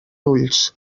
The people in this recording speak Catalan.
ulls